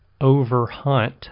overhunt